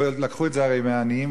ועוד לקחו את זה הרי מהעניים,